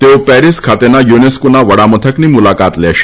તેઓ પેરીસ ખાતેના યુનેસ્કોના વડા મથકની મુલાકાત લેશે